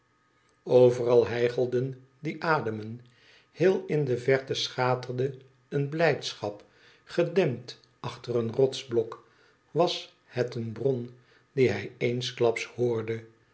overal hijgelden die ademen heel in de verte schaterde een blijdschap gedempt achter een rotsblok was het een bron die hij eensklaps hoorde